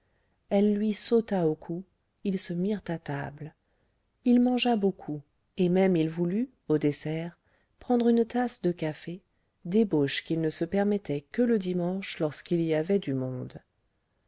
elle lui sauta au cou ils se mirent à table il mangea beaucoup et même il voulut au dessert prendre une tasse de café débauche qu'il ne se permettait que le dimanche lorsqu'il y avait du monde